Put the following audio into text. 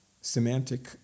semantic